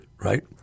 right